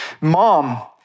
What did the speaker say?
mom